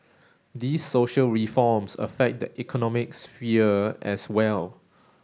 these social reforms affect the economic sphere as well